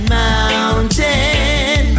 mountain